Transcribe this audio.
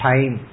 Time